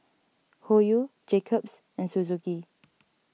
Hoyu Jacob's and Suzuki